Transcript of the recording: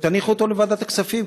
ותניחו אותו בוועדת הכספים,